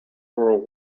world